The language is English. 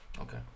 Okay